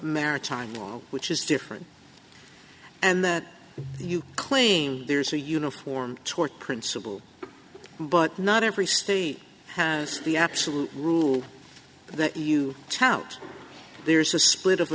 maritime which is different and that you claim there's a uniform tort principle but not every state has the absolute rule that you tout there's a split